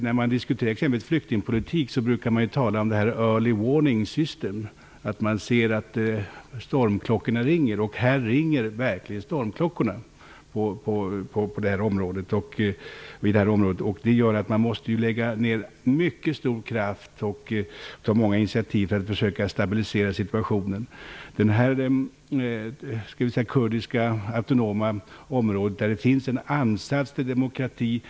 När man diskuterar t.ex. flyktingpolitik brukar man tala om ''early warning system'', som innebär att man ser att stormklockorna ringer. I det här fallet ringer verkligen stormklockorna. Det gör att man måste lägga ned mycket stor kraft och ta många initiativ för att försöka stabilisera situationen. I detta kurdiska autonoma område finns det en ansats till demokrati.